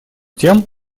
тем